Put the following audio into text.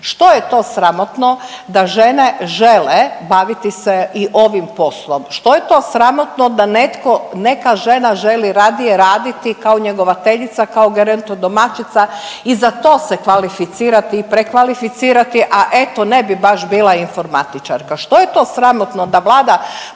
Što je to sramotno da žene žele baviti se i ovim poslom? Što je to sramotno da netko, neka žena želi radije raditi kao njegovateljica, kao geronto domaćica i za to se kvalificirati i prekvalificirati, a eto ne bih baš bila informatičarka. Što je to sramotno da Vlada